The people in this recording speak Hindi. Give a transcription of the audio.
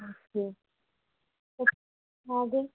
हाँ जी तो हाँ जी